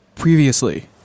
Previously